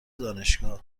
دانشگاه